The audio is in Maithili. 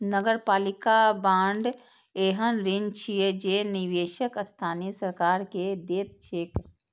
नगरपालिका बांड एहन ऋण छियै जे निवेशक स्थानीय सरकार कें दैत छैक